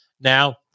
Now